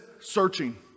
searching